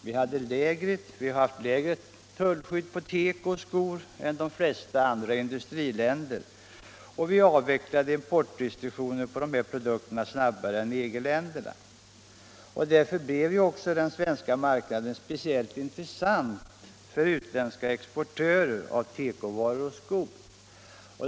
Vi har haft lägre tullskydd på tekovaror och skor än de flesta andra industriländer, och vi avvecklade importrestriktioner på dessa produkter snabbare än EG-länderna. Därför blev ju också den svenska marknaden speciellt intressant för utländska exportörer av tekovaror och skor.